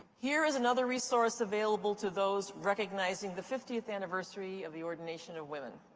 here is another resource available to those recognizing the fiftieth anniversary. of the ordination of women.